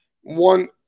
one